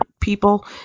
people